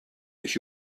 així